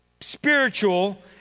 spiritual